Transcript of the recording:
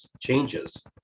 changes